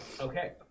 Okay